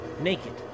naked